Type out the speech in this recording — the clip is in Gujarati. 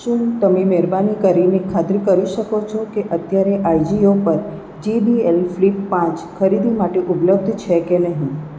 શું તમે મહેરબાની કરીને ખાતરી કરી શકો છો કે અત્યારે આજિયો પર જેબીએલ ફ્લિપ પાંચ ખરીદી માટે ઉપલબ્ધ છે કે નહીં